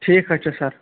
ٹھیٖک حظ چھُ سَر